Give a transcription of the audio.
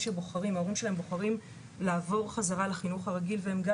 והורים שבוחרים לעבור חזרה לחינוך הרגיל והם גם